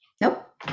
nope